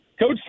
Coach